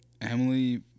Emily